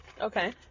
Okay